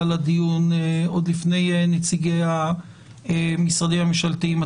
בדיון עוד לפני נציגי המשרדים הממשלתיים,